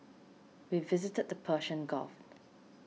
we visited the Persian Gulf